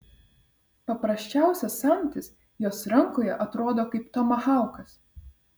paprasčiausias samtis jos rankoje atrodo kaip tomahaukas